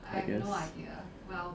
I guess